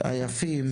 היפים